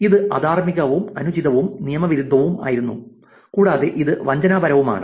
ഇത് അധാർമികവും അനുചിതവും നിയമവിരുദ്ധവുമായിരുന്നു കൂടാതെ ഇത് വഞ്ചനാപരവുമാണ്